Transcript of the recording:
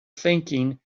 thinking